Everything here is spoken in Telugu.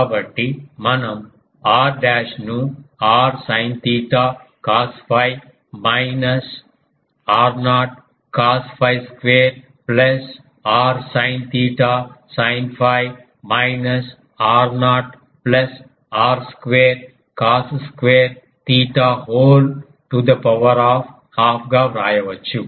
కాబట్టి మనం r డాష్డ్ ను r sin theta cos 𝛟 minus r0 cos phi square plus r sin theta sin 𝛟 minus r0 plus r square cos square theta whole to the power half గా వ్రాయవచ్చు